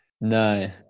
No